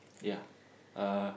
yeah uh